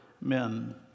men